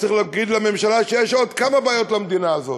צריך להגיד לממשלה שיש עוד כמה בעיות במדינה הזאת.